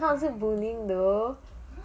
how is it bullying though